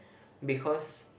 because